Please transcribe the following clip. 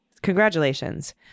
Congratulations